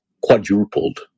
quadrupled